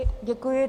Děkuji.